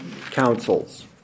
councils